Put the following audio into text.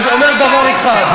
אני אומר דבר אחד, אתה היית יורה, ?